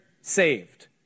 saved